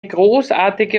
großartige